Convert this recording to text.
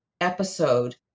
episode